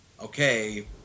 okay